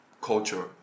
culture